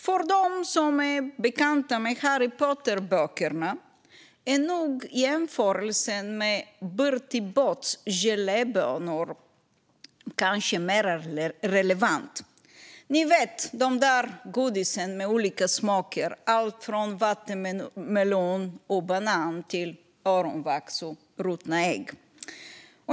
För dem som är bekanta med Harry Potter-böckerna är nog jämförelsen med Bertie Botts gelébönor kanske mer relevant. Ni vet, de där godisarna med olika smaker - allt från vattenmelon och banan till öronvax och ruttna ägg.